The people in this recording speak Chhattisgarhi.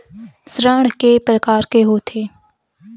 ऋण के प्रकार के होथे?